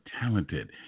talented